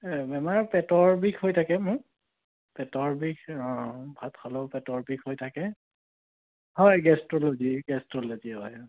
এই বেমাৰ পেটৰ বিষ হৈ থাকে মোৰ পেটৰ বিষ অঁ ভাত খালেও পেটৰ বিষ হৈ থাকে হয় গেছষ্ট্ৰল'জী গেছষ্ট্ৰল'জী হয়